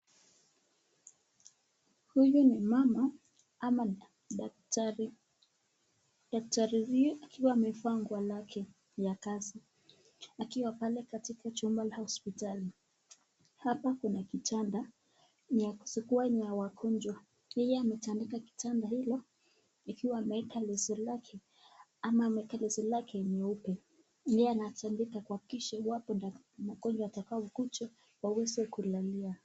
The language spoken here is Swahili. Huyu ni mama ama daktari daktari huyu akiwa amevaa nguo lake ya kazi akiwa pale katika chumba la hospitali, hapa kuna kitanda inaweza kuwa ni ya wagonjwa yeye ametandika kitanda hilo ikiwa ameweka leso lake ama ameweka leso yake nyeupe juu yeye ametandika kuahakisha mgonjwa atakaye kuja waweze kulalia.